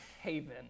haven